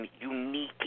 unique